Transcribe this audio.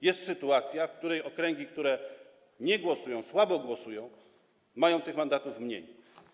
Jest sytuacja, w której okręgi, które nie głosują, słabo głosują, mają tych mandatów mniej.